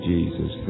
Jesus